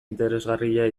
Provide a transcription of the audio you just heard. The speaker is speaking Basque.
interesgarria